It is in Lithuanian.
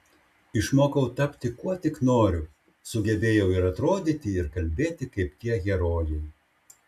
išmokau tapti kuo tik noriu sugebėjau ir atrodyti ir kalbėti kaip tie herojai